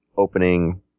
opening